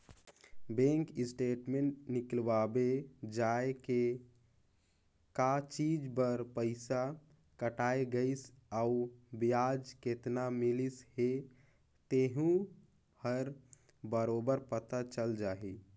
bank statement निकलवाबे जाये के का चीच बर पइसा कटाय गइसे अउ बियाज केतना मिलिस हे तेहू हर बरोबर पता चल जाही